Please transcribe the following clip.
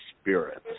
spirits